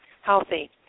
healthy